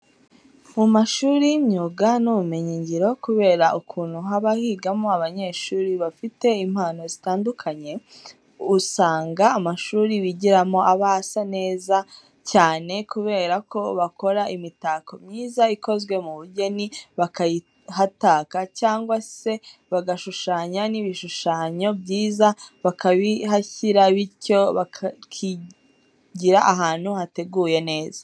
Mu mashuri y'imyuga n'ubumenyingiro kubera ukuntu haba higamo abanyeshuri bafite impano zitandukanye, usanga amashuri bigiramo aba asa neza cyane kubera ko bakora imitako myiza ikozwe mu bugeni bakayihataka cyangwa se bagashushanya n'ibishushanyo byiza bakabihashyira bityo bakigira ahantu hateguye neza.